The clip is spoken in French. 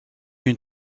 une